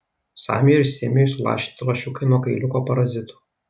samiui ir simiui sulašinti lašiukai nuo kailiuko parazitų